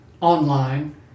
online